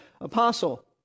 apostle